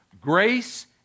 Grace